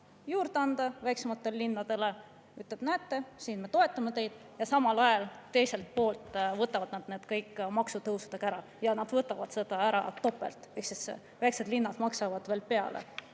juurde anda väiksematele linnadele, ütleb, et näete, siin me toetame teid, ja samal ajal teiselt poolt võtavad nad selle kõik maksutõusudega ära. Ja nad võtavad seda ära topelt, väikesed linnad maksavad veel peale.